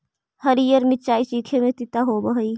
हरीअर मिचाई चीखे में तीता होब हई